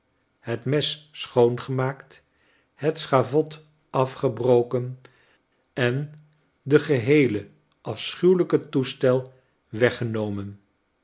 het mes schoongemaakt het schavot afgebroken en den geheelen afschuwelijken toestel weggenomen